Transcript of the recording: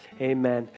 amen